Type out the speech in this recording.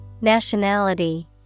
Nationality